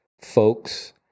folks